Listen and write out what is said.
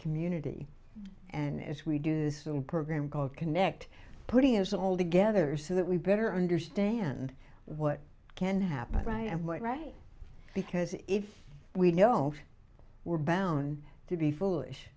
community and as we do this from program called connect putting is all together so that we better understand what can happen right and we're right because if we know we're bound to be foolish